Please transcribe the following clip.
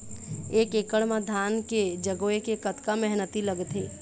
एक एकड़ म धान के जगोए के कतका मेहनती लगथे?